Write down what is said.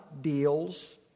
deals